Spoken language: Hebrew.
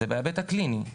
זה בהיבט הקליני.